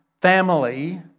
family